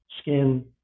skin